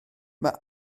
mae